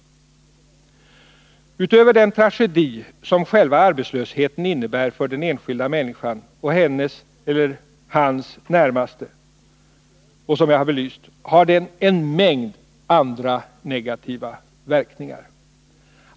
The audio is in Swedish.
Utöver den tragedi som själva arbetslösheten innebär för den enskilda människan och hennes eller hans närmaste — som jag har belyst — har den också en mängd andra negativa verkningar.